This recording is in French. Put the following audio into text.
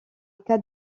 cas